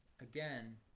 again